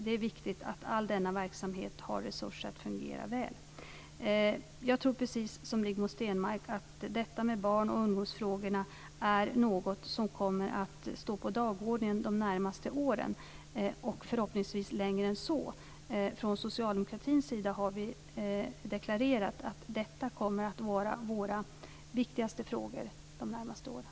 Det är viktigt att all denna verksamhet har resurser att fungera väl. Jag tror precis som Rigmor Stenmark att detta med barn och ungdomsfrågorna är något som kommer att stå på dagordningen de närmaste åren, och förhoppningsvis längre än så. Från socialdemokraternas sida har vi deklarerat att detta kommer att vara våra viktigaste frågor de närmaste åren.